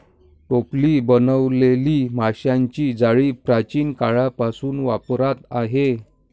टोपली बनवलेली माशांची जाळी प्राचीन काळापासून वापरात आहे